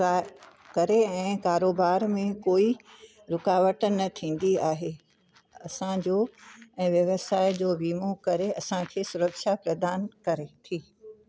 का करे ऐं कारोबार में कोई रुकावट न थींदी आहे असांजो ऐं व्यवसाय जो वीमो करे असांखे सुरक्षा प्रधान करे थी